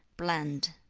bland